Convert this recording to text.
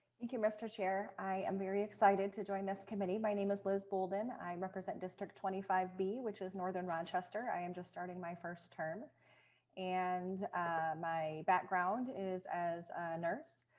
thank you mister chair, i am very excited to join this committee my name is liz bold and i represent district twenty five be which is northern rochester high and just starting my first term and my background is as a nurse.